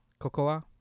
Kokoa